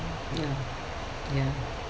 ya ya